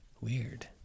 Weird